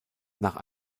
nach